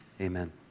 amen